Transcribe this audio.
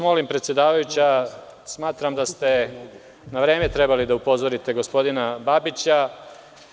Molim vas predsedavajuća, smatram da ste na vreme trebali da upozorite gospodina Babića.